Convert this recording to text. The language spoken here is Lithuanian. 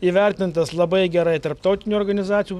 įvertintas labai gerai tarptautinių organizacijų